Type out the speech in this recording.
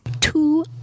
two